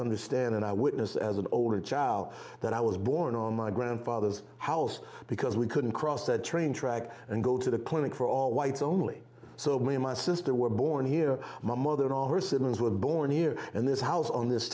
understand and i witness as an older child that i was born on my grandfather's house because we couldn't cross the train track and go to the clinic for all whites only so when my sister were born here my mother and all her siblings were born here and this house on this